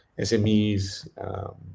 SMEs